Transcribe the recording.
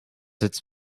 its